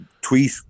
tweet